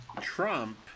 Trump